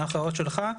ההנחיות שלך.